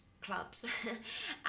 clubs